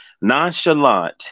nonchalant